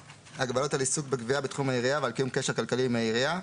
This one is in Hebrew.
הגבלות על עיסוק בגבייה בתחום העירייה ועל קיום קשר כלכלי עם העירייה.